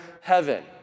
heaven